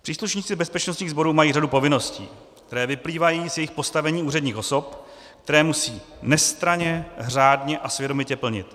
Příslušníci bezpečnostních sborů mají řadu povinností, které vyplývají z jejich postavení úředních osob, které musí nestranně, řádně a svědomitě plnit.